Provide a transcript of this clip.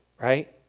right